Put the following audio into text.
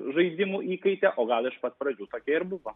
žaidimų įkaite o gal iš pat pradžių tokia ir buvo